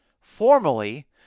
Formally